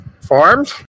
Forms